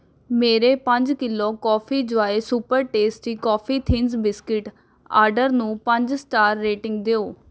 ਮੇਰੇ ਪੰਜ kilo coffee joy super tasty coffee thins biscuit order ਨੂੰ ਪੰਜ ਸਟਾਰ ਰੇਟਿੰਗ ਦਿਓ